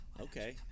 Okay